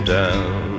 down